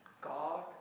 God